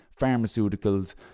pharmaceuticals